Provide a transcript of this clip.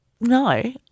No